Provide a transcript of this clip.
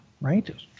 right